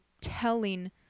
telling